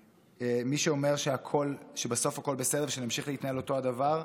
מי שאומר שבסוף הכול בסדר ושנמשיך להתנהל אותו הדבר,